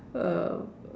um